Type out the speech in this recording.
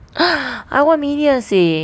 I want minion seh